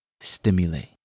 stimulate